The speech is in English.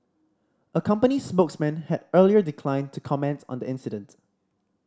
a company spokesman had earlier declined to comments on the incident